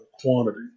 quantity